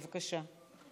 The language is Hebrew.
בבקשה.